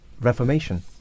reformation